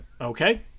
Okay